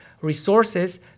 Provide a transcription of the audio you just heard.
resources